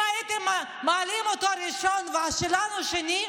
אם הייתם מעלים אותה ראשונה ואת שלנו שנייה,